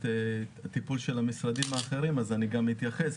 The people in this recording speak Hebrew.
הטיפול של המשרדים האחרים אז אני גם אתייחס,